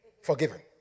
forgiven